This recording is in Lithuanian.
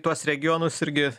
tuos regionus irgi